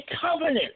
covenant